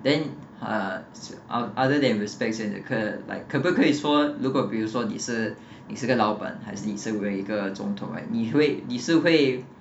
then uh other other than respects and uh 可 like 可不可以说如果比如说你是你是个老板还是你身为一个总统 right 你会你是会